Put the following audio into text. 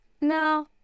No